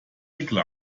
dieselbe